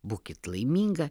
būkit laiminga